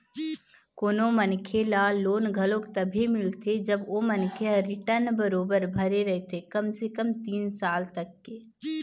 कोनो मनखे ल लोन घलोक तभे मिलथे जब ओ मनखे ह रिर्टन बरोबर भरे रहिथे कम से कम तीन साल तक के